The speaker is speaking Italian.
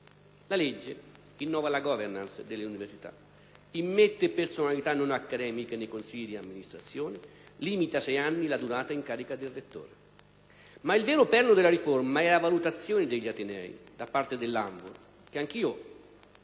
La legge innova la *governance* delle università, immette personalità non accademiche nei consigli di amministrazione, limita a sei anni la durata in carica del rettore. Ma il vero perno della riforma è la valutazione degli atenei da parte dell'ANVUR, che anch'io